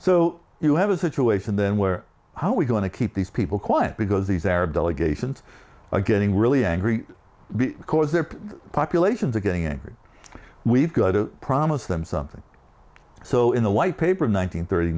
so you have a situation then where how are we going to keep these people quiet because these arab delegations are getting really angry because their populations are getting angry we've got to promise them something so in the white paper one nine hundred thirty